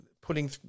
putting